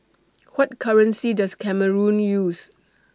What currency Does Cameroon use